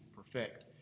Perfect